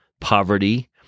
poverty